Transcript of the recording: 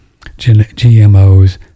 GMOs